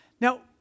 Now